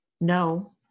No